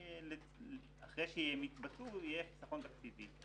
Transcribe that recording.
ואחרי שהן יתבצעו יהיה חיסכון תקציבי.